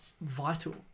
vital